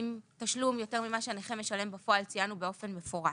תשלום יותר ממה שהנכה משלם בפועל ציינו באופן מפורש